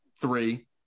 three